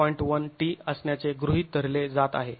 1 t असण्याचे गृहीत धरले जात आहे